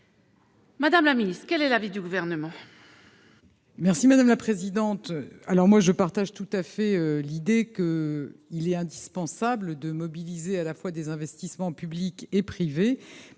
Madame la Ministre, quel est l'avis du gouvernement. Merci madame la présidente, alors moi je partage tout à fait l'idée qu'il est indispensable de mobiliser à la fois des investissements publics et privés